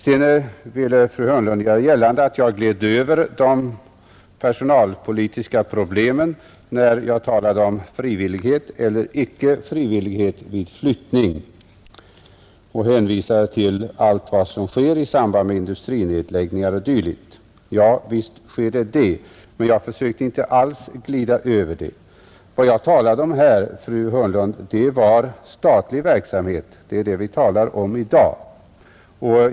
Sedan ville fru Hörnlund göra gällande att jag gled över de personalpolitiska problemen när jag talade om frivillighet eller icke frivillighet vid flyttning; hon hänvisade till allt som sker i samband med industrinedläggningar o. d. Ja, visst är det riktigt, men jag försökte inte alls glida över den saken. Vad jag talade om, fru Hörnlund, var statlig verksamhet — det är den vi diskuterar i dag.